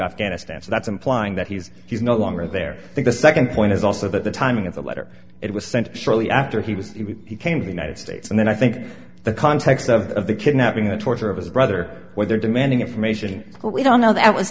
afghanistan so that's implying that he's he's no longer there the second point is also that the timing of the letter it was sent shortly after he was he came to the united states and then i think the context of the kidnapping the torture of his brother what they're demanding information what we don't know that was